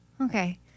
Okay